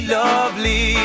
lovely